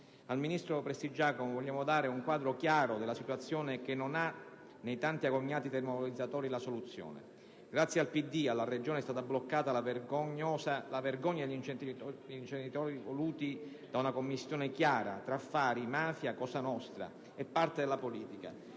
Al ministro Prestigiacomo vogliamo dare un quadro chiaro della situazione che non ha nei tanto agognati termovalorizzatori la soluzione. Grazie al PD, alla Regione è stata bloccata la vergogna di inceneritori voluti da una commistione chiara tra affari, mafia, cosa nostra e parte della politica,